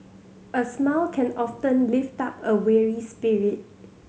a smile can often lift up a weary spirit